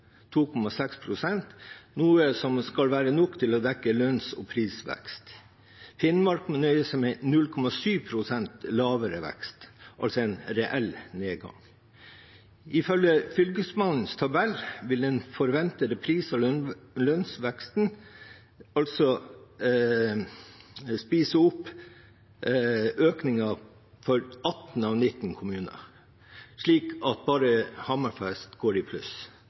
noe som skal være nok til å dekke lønns- og prisveksten. Finnmark må nøye seg med 0,7 pst. lavere vekst, altså en reell nedgang. Ifølge Fylkesmannens tabell vil den forventede pris- og lønnsveksten spise opp økningen for 18 av 19 kommuner, slik at bare Hammerfest går i pluss.